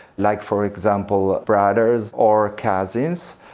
like for example brothers or cousins,